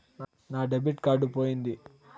నా debit card పోయింది